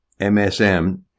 MSM